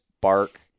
bark